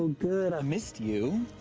good. i missed you.